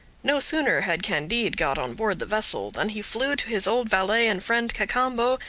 no sooner had candide got on board the vessel than he flew to his old valet and friend cacambo,